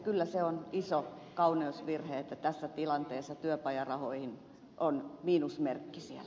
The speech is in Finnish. kyllä se on iso kauneusvirhe että tässä tilanteessa työpajarahoihin on miinusmerkki siellä